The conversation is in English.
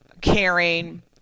caring